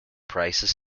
prices